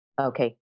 Okay